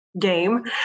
game